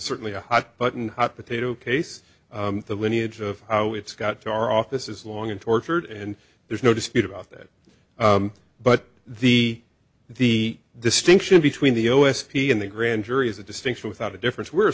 certainly a hot button hot potato case the lineage of how it's got to our office is long and tortured and there's no dispute about that but the the distinction between the u s he and the grand jury is a distinction without a difference where